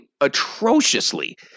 atrociously